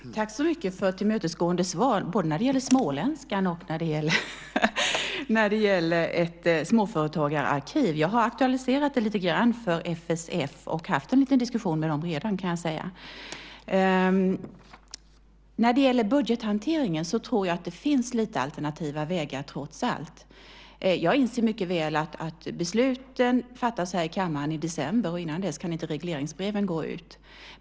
Herr talman! Tack så mycket för ett tillmötesgående svar både när det gäller småländskan och när det gäller ett småföretagararkiv. Jag har aktualiserat det lite grann för FSF och haft en liten diskussion med dem redan, kan jag säga. När det gäller budgethanteringen tror jag att det finns lite alternativa vägar, trots allt. Jag inser mycket väl att besluten fattas här i kammaren i december och att regleringsbreven inte kan gå ut innan dess.